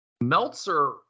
Meltzer